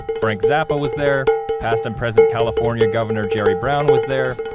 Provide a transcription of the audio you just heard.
frank zappa was there. past and present california governor jerry brown was there.